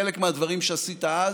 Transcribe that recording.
חלק מהדברים שעשית אז,